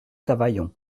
cavaillon